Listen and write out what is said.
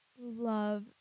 love